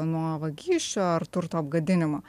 nuo vagysčių ar turto apgadinimo